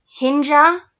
hinja